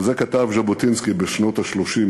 על זה כתב ז'בוטינסקי בשנות ה-30,